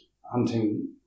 hunting